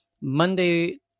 Monday